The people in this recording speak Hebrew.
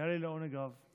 היה לי לעונג רב.